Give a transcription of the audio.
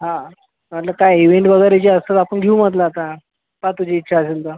हा म्हटलं काय इवेंट वगैरे जे असतात ते आपन घेऊ म्हटलं आता पहा तुझी इच्छा असेल तर